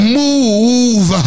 move